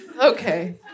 Okay